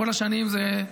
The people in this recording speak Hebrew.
כל השנים זה,